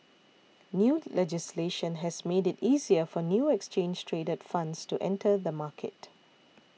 new legislation has made it easier for new exchange traded funds to enter the market